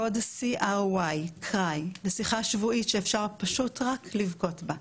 קוד CRY, לשיחה שבועית שאפשר פשוט רק לבכות בה.